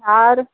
हार